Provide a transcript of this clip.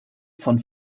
von